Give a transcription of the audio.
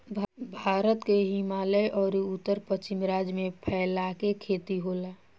भारत के हिमालय अउर उत्तर पश्चिम राज्य में फैला के खेती होला